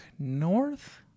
north